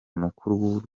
mukuru